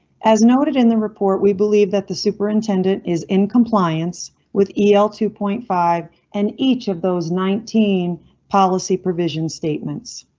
as noted in the report, we believe that the superintendent is in compliance with el two point five and each of those nineteen policy provision statements.